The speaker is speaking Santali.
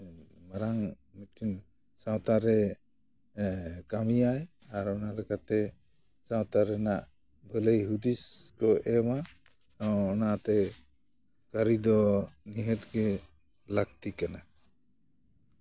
ᱢᱟᱨᱟᱝ ᱢᱤᱫᱴᱮᱱ ᱥᱟᱶᱛᱟ ᱨᱮ ᱠᱟᱹᱢᱤᱭᱟᱭ ᱟᱨ ᱚᱱᱟ ᱞᱮᱠᱟᱛᱮ ᱥᱟᱶᱛᱟ ᱨᱮᱱᱟᱜ ᱵᱷᱟᱰᱞᱟᱹᱭ ᱦᱩᱫᱤᱥᱮ ᱮᱢᱟ ᱚ ᱚᱱᱟᱛᱮ ᱠᱟᱹᱨᱤ ᱫᱚ ᱱᱤᱦᱟᱹᱛ ᱜᱮ ᱞᱟᱹᱠᱛᱤ ᱠᱟᱱᱟ